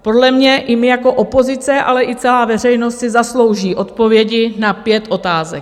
Podle mě i my jako opozice, ale i celá veřejnost si zaslouží odpovědi na pět otázek.